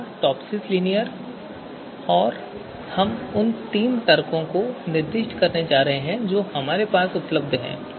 पहला टॉपसिसlinear है और हम उन तीन तर्कों को निर्दिष्ट करने जा रहे हैं जो हमारे पास उपलब्ध हैं